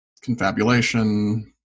confabulation